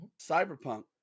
cyberpunk